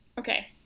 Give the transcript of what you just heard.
Okay